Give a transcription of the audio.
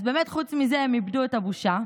אז באמת, חוץ מזה הם איבדו את הבושה,